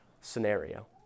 scenario